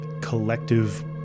collective